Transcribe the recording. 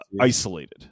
isolated